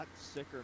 sicker